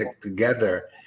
together